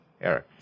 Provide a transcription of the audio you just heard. eric